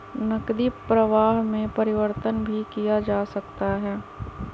नकदी प्रवाह में परिवर्तन भी किया जा सकता है